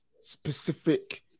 specific